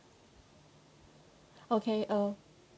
okay uh